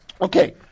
Okay